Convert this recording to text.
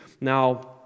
Now